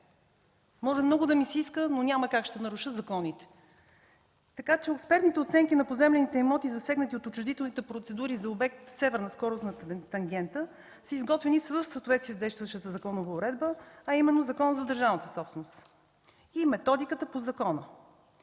Може много да ми се иска, но няма как, ще наруша законите. Експертните оценки на поземлените имоти, засегнати от учредителните процедури за обект Северна скоростна тангента, са изготвени в съответствие с действащата законова уредба, а именно Законът за държавната собственост и методиката по закона.